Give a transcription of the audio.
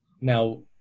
Now